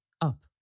up